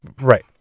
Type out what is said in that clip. Right